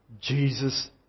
Jesus